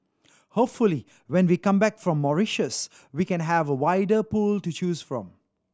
hopefully when we come back from Mauritius we can have a wider pool to choose from